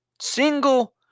Single